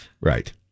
Right